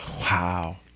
Wow